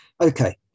Okay